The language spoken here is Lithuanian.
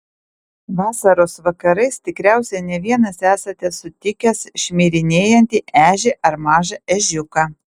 vasaros vakarais tikriausiai ne vienas esate sutikęs šmirinėjantį ežį ar mažą ežiuką